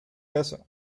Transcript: casa